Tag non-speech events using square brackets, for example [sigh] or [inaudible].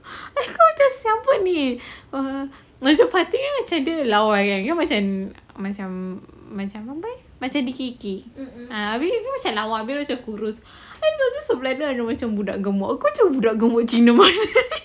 aku macam siapa ni err macam fatin ada lawa kan then macam macam macam apa eh macam terkikir ah habis dia macam lawa macam kurus time tu sebelah dia ada macam budak gemuk kau tahu budak gemuk cina marah [laughs]